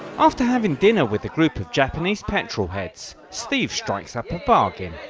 after having dinner with a group of japanese petrol heads, steve strikes up bargain.